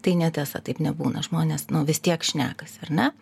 tai netiesa taip nebūna žmonės nu vis tiek šnekasi ar ne